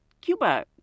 Cuba